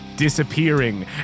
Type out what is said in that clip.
disappearing